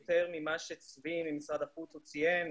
יותר ממה שצבי ממשרד החוץ ציין,